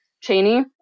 Cheney